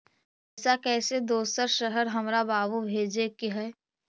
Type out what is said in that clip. पैसा कैसै दोसर शहर हमरा बाबू भेजे के है?